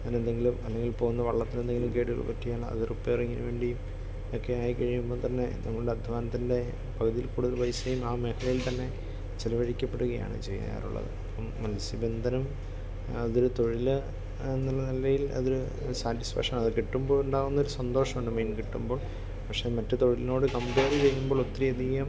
അങ്ങനെ എന്തെങ്കിലും അതിൽ പോകുന്ന വള്ളത്തിനെന്തെങ്കിലും കേടുകൾ പറ്റിയാലത് റിപ്പേറിംഗിന് വേണ്ടി ഒക്കെയായി കഴിയുമ്പം തന്നെ നമ്മളുടെ അധ്വാനത്തിൻ്റെ പകുതിയിൽ കൂടുതൽ പൈസയും ആ മേഖലയിൽ തന്നെ ചെലവഴിക്കപ്പെടുകയാണ് ചെയ്യാറുള്ളത് മത്സ്യബന്ധനം അതൊര് തൊഴില് എന്നുള്ള നിലയിൽ അതൊര് സാറ്റിസ്ഫാക്ഷൻ അത് കിട്ടുമ്പോഴുണ്ടാവുന്ന ഒരു സന്തോഷമുണ്ട് മീൻ കിട്ടുമ്പോൾ പക്ഷേ മറ്റ് തൊഴിലിനോട് കംപേറ് ചെയ്യുമ്പൊളൊത്തിരി അധികം